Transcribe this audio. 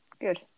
Good